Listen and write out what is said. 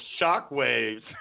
shockwaves